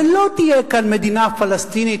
ולא תהיה כאן מדינה פלסטינית,